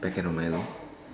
packet of Milo